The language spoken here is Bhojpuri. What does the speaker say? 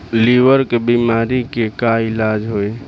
लीवर के बीमारी के का इलाज होई?